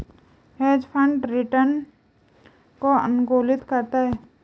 hedge fund return को अनुकूलित करता है